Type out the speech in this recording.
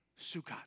Sukkot